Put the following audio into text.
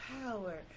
power